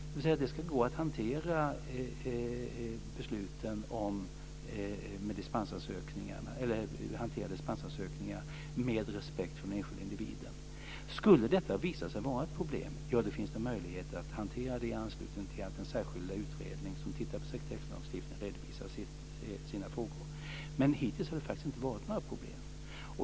Dvs. att det ska gå att hantera dispensansökningar med respekt för den enskilda individen. Om detta skulle visa sig vara ett problem finns det möjligheter att hantera det i anslutning till att den särskilda utredning som tittar på sekretesslagstiftningen redovisar sina frågor. Men hittills har det faktiskt inte varit några problem.